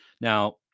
Now